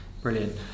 Brilliant